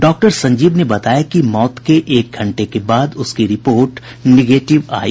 doctor Sanjeev ने बताया कि मौत के एक घंटे के बाद उसकी रिपोर्ट निगेटिव आयी